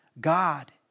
God